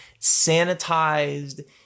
sanitized